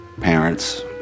parents